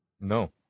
No